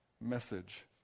message